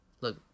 Look